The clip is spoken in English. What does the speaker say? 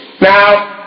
Now